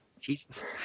Jesus